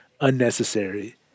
unnecessary